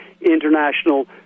international